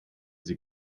sie